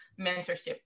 mentorship